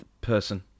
person